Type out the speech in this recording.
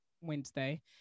Wednesday